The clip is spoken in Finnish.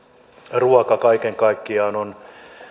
ruoka kaiken kaikkiaan on